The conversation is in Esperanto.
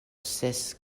ses